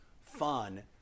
fun